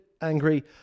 angry